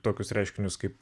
tokius reiškinius kaip